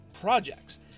projects